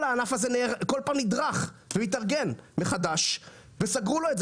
כל הענף הזה נדרך ומתארגן כל פעם מחדש וסגרו לו את זה.